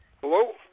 Hello